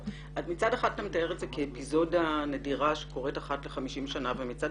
מצד אחד אתה מתאר את זה כאפיזודה נדירה שקורית אחת לחמישים שנים ומצד